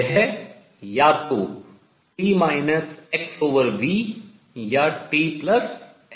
यह या तो t xv या txv है